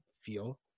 feel